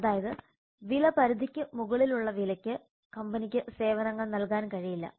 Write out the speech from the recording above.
അതായത് വില പരിധിക്ക് മുകളിലുള്ള വിലയ്ക്ക് കമ്പനിക്ക് സേവനങ്ങൾ നൽകാൻ കഴിയില്ല